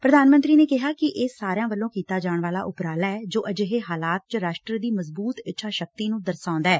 ਪ੍ਰਧਾਨ ਮੰਤਰੀ ਨੇ ਕਿਹਾ ਕਿ ਇਹ ਸਾਰਿਆਂ ਵੱਲੋਂ ਕੀਤਾ ਜਾਣ ਵਾਲਾ ਉਪਰਾਲਾ ਐ ਜੋ ਅਜਿਹੇ ਹਾਲਾਤ ਚ ਰਾਸ਼ਟਰ ਦੀ ਮਜ਼ਬੂਤ ਇੱਛਾ ਸ਼ਕਤੀ ਨੂੰ ਦਰਸਾਉਂਦਾ ਐ